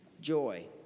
joy